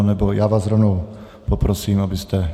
Nebo vás rovnou poprosím, abyste...